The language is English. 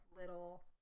little